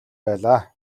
байлаа